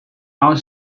our